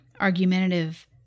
argumentative